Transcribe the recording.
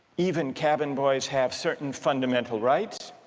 even cabin boys have certain fundamental rights?